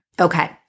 Okay